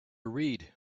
read